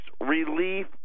Relief